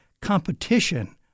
competition